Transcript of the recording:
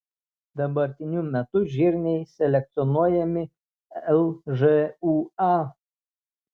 dabartiniu metu žirniai selekcionuojami lžūa